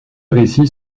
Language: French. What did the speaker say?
récits